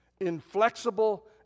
Inflexible